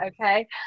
okay